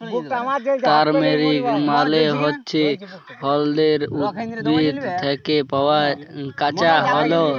turmeric মালে হচ্যে হল্যদের উদ্ভিদ থ্যাকে পাওয়া কাঁচা হল্যদ